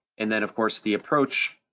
and then of course the approach,